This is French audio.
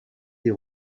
des